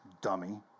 Dummy